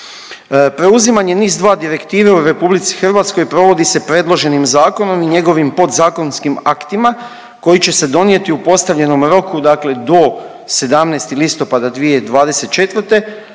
Preuzimanje NIS2 direktive u RH provodi se predloženim zakonom i njegovim podzakonskim aktima koji će se donijeti u postavljenom roku dakle do 17. listopada 2024.,